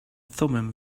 thummim